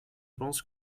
pense